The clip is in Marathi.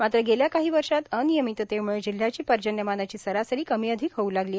मात्र गेल्या काही वर्षांत अनियमितेमुळे जिल्ह्याची पर्जन्यमानाची सरासरी कमी अधिक होऊ लागली